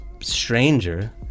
stranger